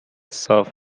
صاف